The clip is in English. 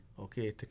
Okay